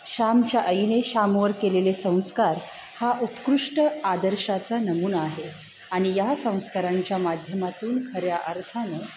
श्यामच्या अईने शामवर केलेले संस्कार हा उत्कृष्ट आदर्शाचा नमुना आहे आणि या संस्कारांच्या माध्यमातून खऱ्या अर्थानं